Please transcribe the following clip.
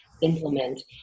implement